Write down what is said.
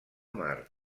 mar